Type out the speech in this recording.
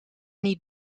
niet